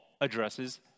addresses